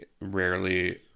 rarely